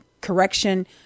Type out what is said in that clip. correction